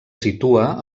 situa